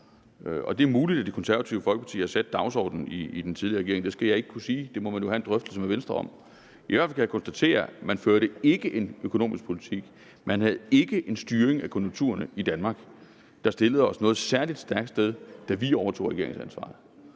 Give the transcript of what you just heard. Det er muligt, at Det Konservative Folkeparti har sat dagsordenen i den tidligere regering, det skal jeg ikke kunne sige. Det må man jo have en drøftelse med Venstre om. I hvert fald kan jeg konstatere, at man ikke førte en økonomisk politik, man havde ikke en styring af konjunkturerne i Danmark, der stillede os noget særlig stærkt sted, da vi overtog regeringsansvaret.